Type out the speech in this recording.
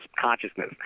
consciousness